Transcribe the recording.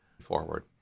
forward